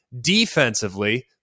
defensively